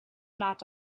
not